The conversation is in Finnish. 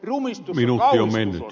arvoisa puhemies